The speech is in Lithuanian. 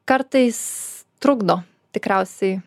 kartais trukdo tikriausiai